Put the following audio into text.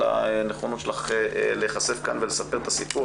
על הנכונות שלך להיחשף כאן ולספר את הסיפור.